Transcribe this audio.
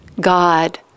God